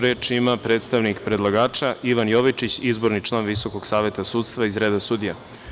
Reč ima predstavnik predlagača Ivan Jovičić, izborni član Visokog saveta sudstva iz reda sudija.